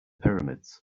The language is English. pyramids